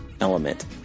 element